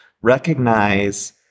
recognize